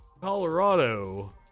Colorado